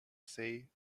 say